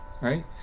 right